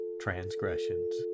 transgressions